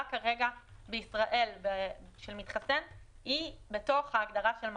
כרגע בישראל של מתחסן היא בתוך ההגדרה של מחלים.